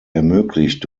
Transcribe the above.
ermöglicht